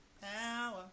power